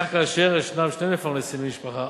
כך, כאשר ישנם שני מפרנסים במשפחה,